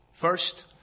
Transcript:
First